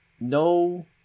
no